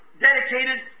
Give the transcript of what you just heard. dedicated